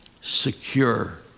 secure